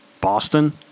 Boston